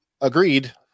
Agreed